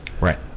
right